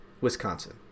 Wisconsin